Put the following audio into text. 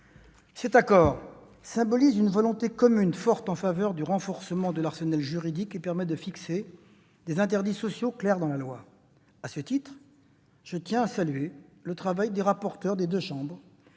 Cet accord symbolise une volonté commune forte en faveur du renforcement de l'arsenal juridique et de la fixation d'interdits sociaux clairs dans la loi. À cet égard, je tiens à saluer le travail des rapporteurs des deux chambres,